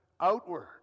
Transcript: outward